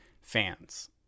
fans